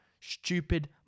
Stupid